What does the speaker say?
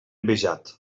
envejat